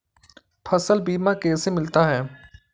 फसल बीमा कैसे मिलता है?